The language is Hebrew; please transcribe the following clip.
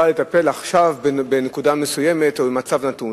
לטפל עכשיו בנקודה מסוימת או במצב נתון.